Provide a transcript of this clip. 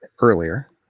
earlier